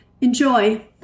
Enjoy